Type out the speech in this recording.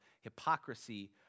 hypocrisy